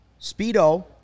Speedo